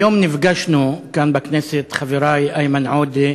היום נפגשנו כאן, בכנסת, חברי איימן עודה,